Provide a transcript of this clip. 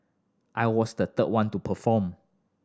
I was the third one to perform